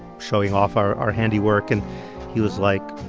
showing off our our handiwork, and he was like,